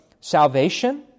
salvation